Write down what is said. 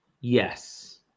Yes